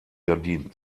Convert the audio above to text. gardinen